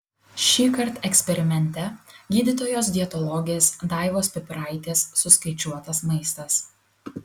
šįkart eksperimente gydytojos dietologės daivos pipiraitės suskaičiuotas maistas